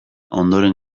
ondoren